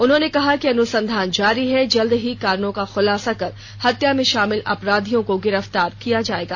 उन्होंने कहा कि अनुसंधान जारी है जल्द ही कारणों का खुलासा कर हत्या में शामिल अपराधियों को जल्द ही गिरफ्तार किया जाएगा